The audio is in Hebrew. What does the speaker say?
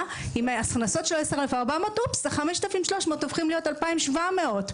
₪ הללו הופכים להיות 2,700 ₪.